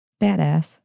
Badass